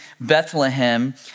Bethlehem